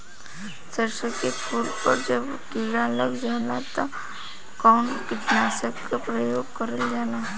सरसो के फूल पर जब किड़ा लग जाला त कवन कीटनाशक क प्रयोग करल जाला?